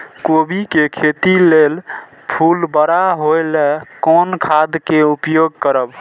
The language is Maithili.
कोबी के खेती लेल फुल बड़ा होय ल कोन खाद के उपयोग करब?